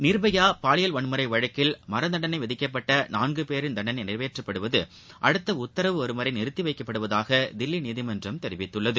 நிர்பயா பாலியல் வன்முறை வழக்கில் மரண தண்டனை விதிக்கப்பட்ட நான்கு பேரின் தண்டனை நிறைவேற்றப்படுவது அடுத்த உத்தரவு வரும் வரை நிறுத்தி வைக்கப்படுவதாக தில்லி நீதிமன்றம் தெரிவித்துள்ளது